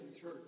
Church